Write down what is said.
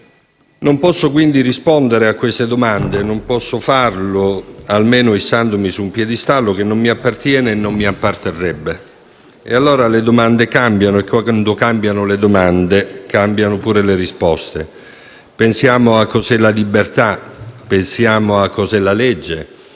Non posso, quindi, rispondere a queste domande o almeno non posso farlo issandomi su un piedistallo, che non mi appartiene e non mi apparterrebbe. Allora le domande cambiano e, quando cambiano le domande, cambiano anche le risposte. Pensiamo a cosa sia la libertà, a cosa sia la legge;